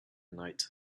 night